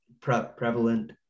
prevalent